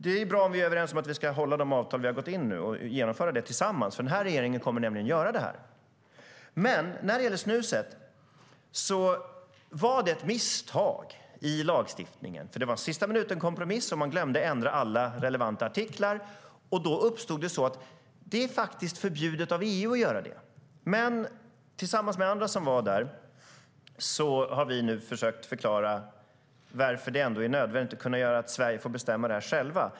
Det är bra om vi är överens om att vi ska hålla de avtal vi har ingått och genomföra dem tillsammans, för regeringen kommer nämligen att göra det. När det gäller snuset var det ett misstag i lagstiftningen. Det var en sista-minuten-kompromiss, och man glömde att ändra alla relevanta artiklar. Det som då uppstod var att EU förbjöd det. Tillsammans med andra som var där har vi nu försökt förklara varför det är nödvändigt att Sverige självt får bestämma om detta.